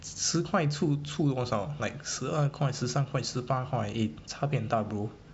十块出出多少 like 十二块十三块十八 eh 差别很大 bro